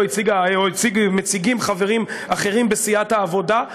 או מציגים חברים אחרים בסיעת העבודה,